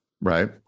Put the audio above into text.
right